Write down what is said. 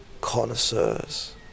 connoisseurs